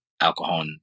alcohol